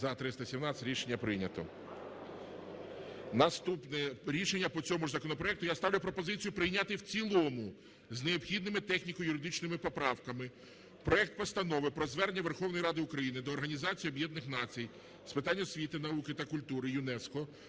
За-317 Рішення прийнято. Наступне рішення по цьому ж законопроекту. Я ставлю пропозицію прийняти в цілому з необхідними техніко-юридичними поправками проект Постанови про Звернення Верховної Ради України до Організації Об'єднаних Націй з питань освіти, науки та культури (ЮНЕСКО)